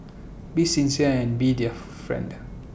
be sincere and be their friend